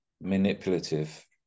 manipulative